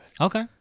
Okay